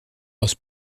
aus